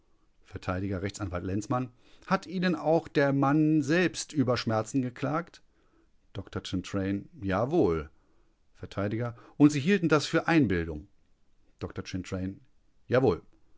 vert rechtsanwalt lenzmann hat ihnen auch der mann selbst über schmerzen geklagt dr chantraine jawohl vert und sie hielten das für einbildung dr chantraine jawohl